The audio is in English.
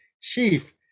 chief